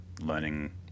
learning